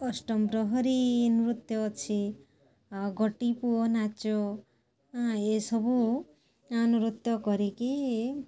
ଅଷ୍ଟମପ୍ରହରୀ ନୃତ୍ୟ ଅଛି ଆଉ ଗୋଟିପୁଅ ନାଚ ଏ ସବୁ ନୃତ୍ୟ କରିକି